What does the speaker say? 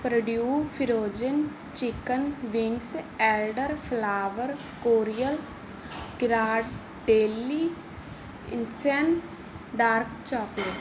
ਪ੍ਰੋਡਿਊਲ frozen chicken beans elder flower cordial ਕਿਰਾੜ daily insane dark chocolate